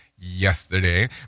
yesterday